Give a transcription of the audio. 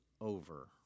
over